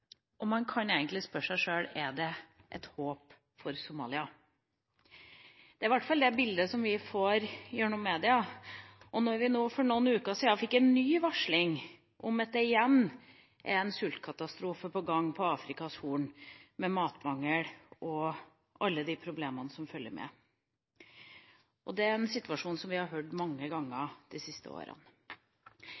– man kan egentlig spørre seg sjøl: Er det håp for Somalia? Det er i hvert fall det bildet vi får gjennom media, og for noen uker siden fikk vi et nytt varsel om at det igjen er en sultkatastrofe på gang på Afrikas Horn, med matmangel og alle de problemene som følger med. Det er en situasjon vi har hørt om mange ganger